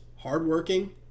hardworking